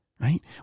right